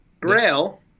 Grail